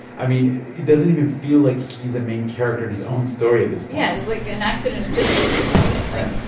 i mean, it doesn't even feel like he's a main character in his own story at this point yeah. it's like an accident of history or something right